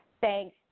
thanks